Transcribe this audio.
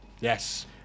Yes